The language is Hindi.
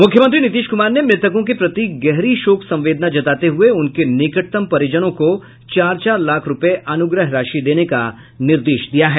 मुख्यमंत्री नीतीश कुमार ने मृतकों के प्रति गहरी शोक संवेदना जताते हये उनके निकटतम परिजनों को चार चार लाख रूपये अनुग्रह राशि देने का निर्देश दिया है